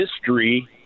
history